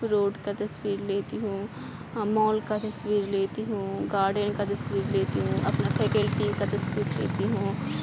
road کا تصویر لیتی ہوں مال کا تصویر لیتی ہوں گارڈن کا تصویر لیتی ہوں اپنا فیکلٹی کا تصویر لیتی ہوں